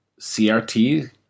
CRT